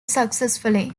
successfully